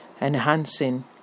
enhancing